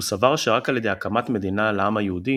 הוא סבר שרק על ידי הקמת מדינה לעם היהודי,